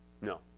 No